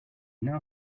now